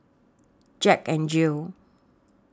Jack N Jill